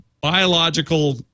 biological